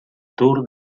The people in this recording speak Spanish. tour